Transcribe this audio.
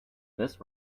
this